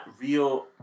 real